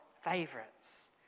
favorites